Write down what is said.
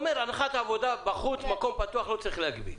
שי אומר שהנחת העבודה שלו היא שבמקום פתוח אין צורך להגביל.